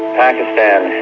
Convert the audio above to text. pakistan